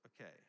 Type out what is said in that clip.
Okay